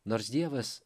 nors dievas